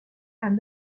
and